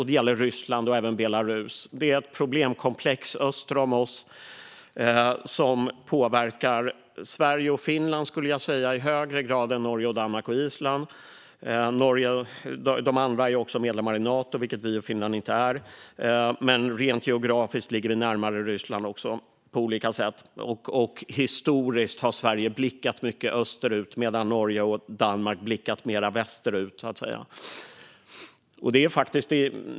Det gäller Ryssland och Belarus. Detta är ett problemkomplex öster om oss som jag skulle säga påverkar Sverige och Finland i högre grad än det påverkar Norge, Danmark och Island. De andra är medlemmar i Nato, vilket Sverige och Finland inte är. Rent geografiskt ligger Sverige och Finland närmare Ryssland, på olika sätt. Historiskt har Sverige också blickat mycket österut, medan Norge och Danmark har blickat mer västerut.